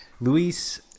Luis